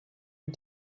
and